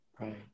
right